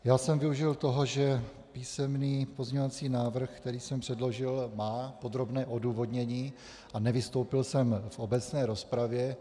Já jsem využil toho, že písemný pozměňovací návrh, který jsem předložil, má podrobné odůvodnění, a nevystoupil jsem v obecné rozpravě.